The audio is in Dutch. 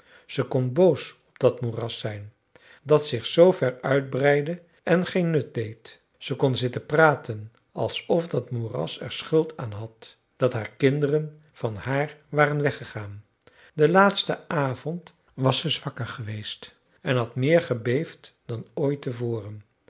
ze kon boos op dat moeras zijn dat zich zoo ver uitbreidde en geen nut deed ze kon zitten praten alsof dat moeras er schuld aan had dat haar kinderen van haar waren weggegaan den laatsten avond was ze zwakker geweest en had meer gebeefd dan ooit